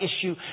issue